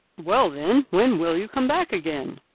well, then, when will you come back again?